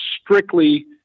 strictly